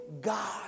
God